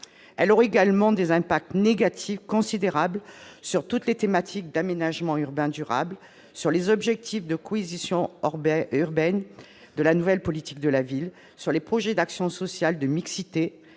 Elle aurait également des effets négatifs considérables sur toutes les thématiques d'aménagement urbain durable, sur les objectifs d'acquisition urbaine de la nouvelle politique de la ville, sur les projets d'action sociale de mixité